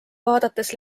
vaadates